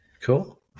Cool